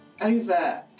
Over